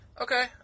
okay